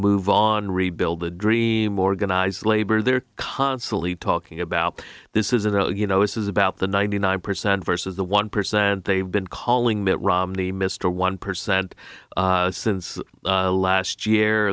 move on rebuild the dream organized labor they're constantly talking about this isn't about you know this is about the ninety nine percent versus the one percent they've been calling mitt romney mr one percent since last year